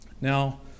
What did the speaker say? now